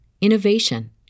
innovation